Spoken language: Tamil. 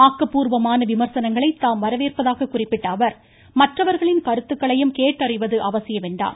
ஆக்கபூர்வமான விமர்சனங்களை தாம் வரவேற்பதாக குறிப்பிட்ட அவர் மற்றவர்களின் கருத்துக்களையும் கேட்டறிவது அவசியம் என்றார்